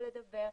וניסו לדבר,